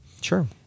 Sure